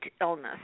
illness